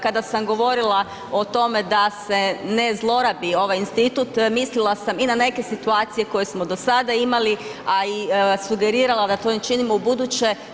Kada sam govorila o tome da se ne zlorabi ovaj institut mislila sam i na neke situacije koje smo do sada imali a i sugerirala da to ne činimo ubuduće.